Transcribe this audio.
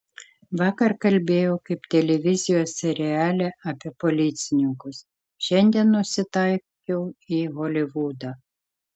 vakar kalbėjau kaip televizijos seriale apie policininkus šiandien nusitaikiau į holivudą